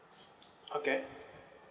okay